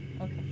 Okay